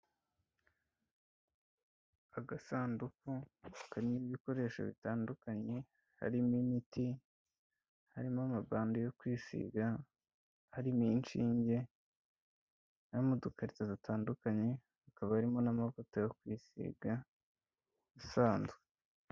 Agasanduku karimo ibikoresho bitandukanye harimo imiti, harimo amabande yo kwisiga harimo inshinge, harimo udukarito dutandukanye hakaba harimo n'amavuta yo kwisiga asanzwe.